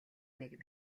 нэг